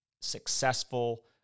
successful